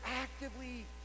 actively